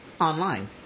online